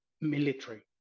military